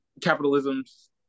capitalism's